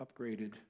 upgraded